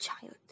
child